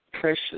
Precious